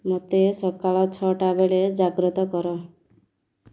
ମୋତେ ସକାଳ ଛଅଟା ବେଳେ ଜାଗ୍ରତ କର